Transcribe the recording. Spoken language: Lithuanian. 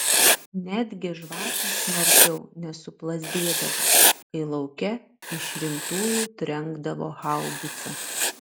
netgi žvakės smarkiau nesuplazdėdavo kai lauke iš rimtųjų trenkdavo haubica